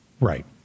right